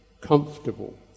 comfortable